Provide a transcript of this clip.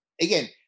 again